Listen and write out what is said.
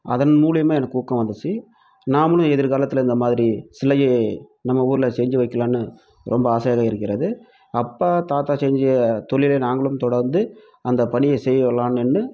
அதன் மூலயமா எனக்கு ஊக்கம் வந்துச்சு நாமளும் எதிர்காலத்தில் இந்த மாதிரி சிலையை நம்ம ஊர்ல செஞ்சு வைக்கலாம்னு ரொம்ப ஆசையாக இருக்கிறது அப்பா தாத்தா செஞ்ச தொழிலை நாங்களும் தொடர்ந்து அந்த பணியை செய்யலாணும்னு